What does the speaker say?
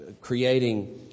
creating